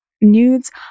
nudes